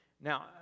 Now